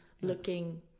looking